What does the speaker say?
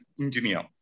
engineer